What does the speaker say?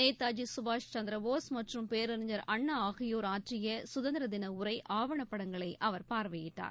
நேதாஜி சுபாஷ் சந்திரபோஸ் மற்றும் பேரறிஞர் அண்ணா ஆகியோர் ஆற்றிய சுதந்திர தின உரை ஆவணப்படங்களை அவர் பார்வையிட்டார்